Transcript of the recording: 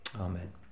Amen